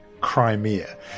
Crimea